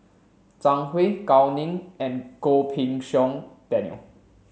Zhang Hui Gao Ning and Goh Pei Siong Daniel